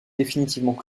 définitivement